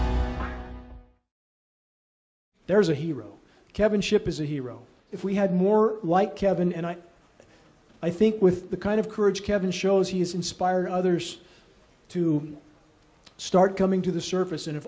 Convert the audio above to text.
there is a hero kevin ship is a hero if we had more white kevin and i i think with the kind of courage kevin shows he has inspired others to start coming to the surface and if